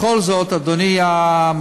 בכל זאת, אדוני המציע,